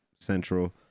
Central